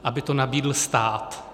Aby to nabídl stát.